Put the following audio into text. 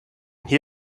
hier